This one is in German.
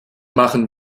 machen